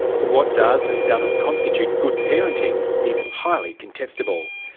but what does and doesn't constitute good parenting is highly contestable.